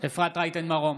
אפרת רייטן מרום,